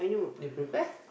you prepare